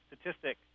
statistic